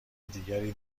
دیگری